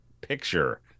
Picture